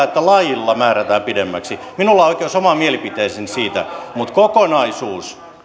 että lailla määrätään pidemmäksi minulla on oikeus omaan mielipiteeseeni siitä kokonaisuus